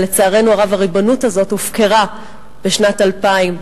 אבל לצערנו הרב הריבונות הזאת הופקרה בשנת 2000,